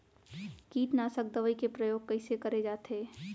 कीटनाशक दवई के प्रयोग कइसे करे जाथे?